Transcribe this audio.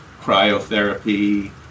cryotherapy